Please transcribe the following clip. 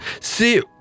C'est